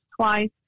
twice